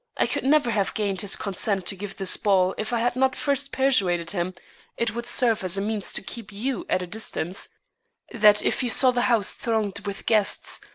i could never have gained his consent to give this ball if i had not first persuaded him it would serve as a means to keep you at a distance that if you saw the house thronged with guests,